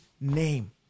name